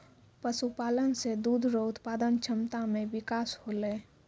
पशुपालन से दुध रो उत्पादन क्षमता मे बिकास होलै